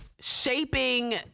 shaping